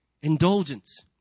indulgence